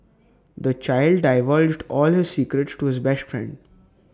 the child divulged all his secrets to his best friend